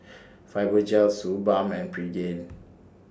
Fibogel Suu Balm and Pregain